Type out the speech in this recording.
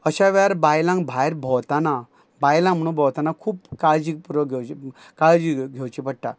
अशा वेळार बायलांक भायर भोंवताना बायलां म्हणू भोंवताना खूप काळजी पुरो घेवची काळची घे घेवची पडटा